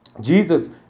Jesus